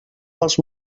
pels